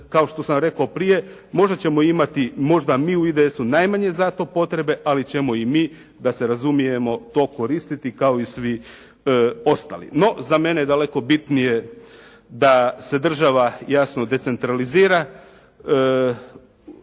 kao što sam rekao prije. Možda ćemo imati, možda mi u IDS-u najmanje za to potrebe, ali ćemo i mi da se razumijemo to koristiti kao i svi ostali. No, za mene je daleko bitnije da se država jasno decentralizira, radikalno centralizira,